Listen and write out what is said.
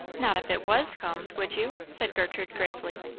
not if it was combed, would you? said gertrude gravely.